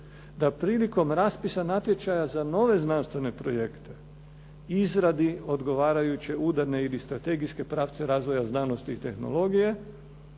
da prilikom raspisa natječaja za nove znanstvene projekte izradi odgovarajuće udarne ili strategijske pravce razvoja znanosti i tehnologije